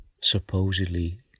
supposedly